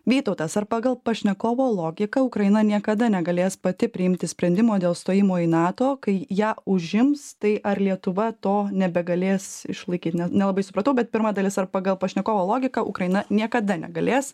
vytautas ar pagal pašnekovo logiką ukraina niekada negalės pati priimti sprendimo dėl stojimo į nato kai ją užims tai ar lietuva to nebegalės išlaikyti net nelabai supratau bet pirma dalis ar pagal pašnekovo logiką ukraina niekada negalės